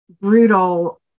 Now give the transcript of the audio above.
brutal